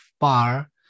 far